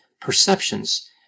perceptions